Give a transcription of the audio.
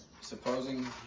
supposing